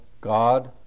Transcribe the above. God